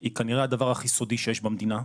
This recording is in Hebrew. היא כנראה הדבר הכי סודי שיש במדינה,